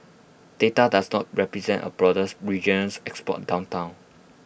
data does not represent A broader regional export downturn